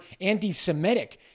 anti-Semitic